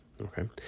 okay